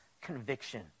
conviction